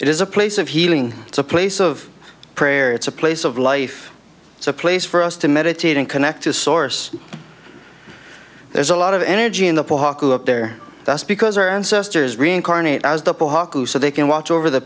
it is a place of healing it's a place of prayer it's a place of life it's a place for us to meditate and connect a source there's a lot of energy in the pok up there that's because our ancestors reincarnate as the so they can watch over the